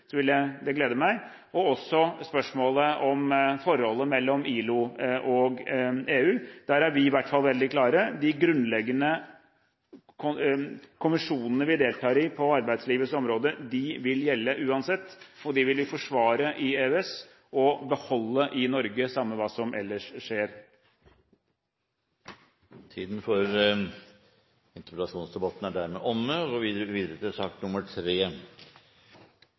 så vil det glede meg. Det samme gjelder spørsmålet om forholdet mellom ILO og EU. Der er vi, i hvert fall, veldig klare: De grunnleggende kommisjonene vi deltar i på arbeidslivets områder, vil gjelde uansett, og disse vil vi forsvare i EØS og beholde i Norge, samme hva som ellers skjer. Sak nr. 2 er dermed ferdigbehandlet. Etter ønske fra kirke-, utdannings- og forskningskomiteen vil presidenten foreslå at taletiden blir begrenset til